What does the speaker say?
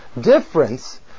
difference